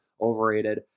Overrated